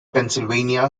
pennsylvania